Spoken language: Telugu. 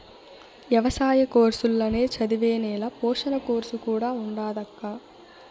ఎవసాయ కోర్సుల్ల నే చదివే నేల పోషణ కోర్సు కూడా ఉండాదక్కా